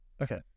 Okay